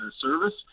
service